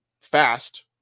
fast